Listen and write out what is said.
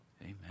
Amen